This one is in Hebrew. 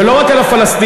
ולא רק על הפלסטינים.